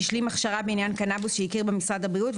שהשלים הכשרה בעניין קנבוס שהכיר בה משרד הבריאות,